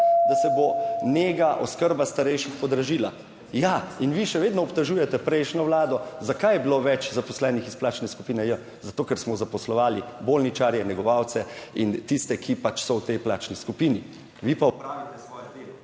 da se bo nega, oskrba starejših podražila. Ja, in vi še vedno obtožujete prejšnjo vlado, zakaj je bilo več zaposlenih iz plačne skupine J, zato, ker smo zaposlovali bolničarje negovalce in tiste, ki pač so v tej plačni skupini, vi pa... /izklop